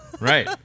Right